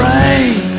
rain